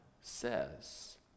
says